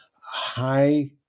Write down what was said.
high